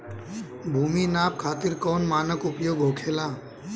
भूमि नाप खातिर कौन मानक उपयोग होखेला?